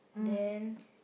then